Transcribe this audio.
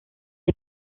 les